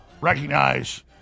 recognize